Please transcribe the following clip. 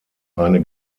eine